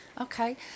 okay